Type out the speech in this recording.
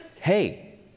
Hey